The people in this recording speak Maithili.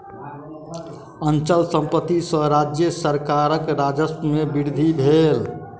अचल संपत्ति सॅ राज्य सरकारक राजस्व में वृद्धि भेल